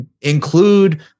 include